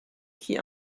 qui